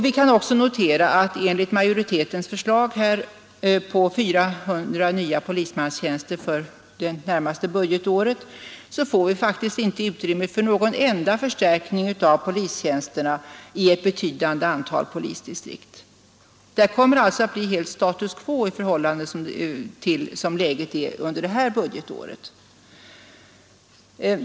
Vi kan också notera att majoritetens förslag om 400 nya polismans tjänster för det närmaste budgetåret faktiskt inte ger utrymme för någon enda förstärkning av polistjänsterna i ett betydande antal polisdistrikt. Där kommer det alltså att bli status quo i förhållande till läget under det här budgetåret.